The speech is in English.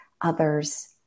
others